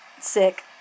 sick